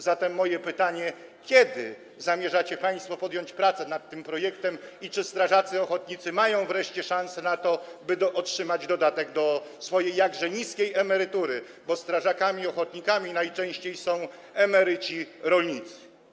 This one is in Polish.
Zatem moje pytanie: Kiedy zamierzacie państwo podjąć pracę nad tym projektem i czy strażacy ochotnicy mają wreszcie szanse na to, by otrzymać dodatek do swojej jakże niskiej emerytury, bo strażakami ochotnikami najczęściej są emeryci rolnicy?